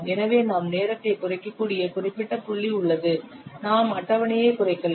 எனவே நாம் நேரத்தை குறைக்கக்கூடிய குறிப்பிட்ட புள்ளி உள்ளது நாம் அட்டவணையை குறைக்கலாம்